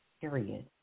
period